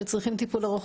שצריכים טיפול ארוך,